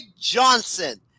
Johnson